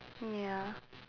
ya